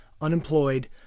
unemployed